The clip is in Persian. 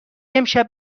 امشب